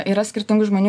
yra skirtingų žmonių